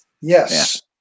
Yes